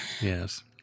Yes